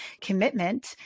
commitment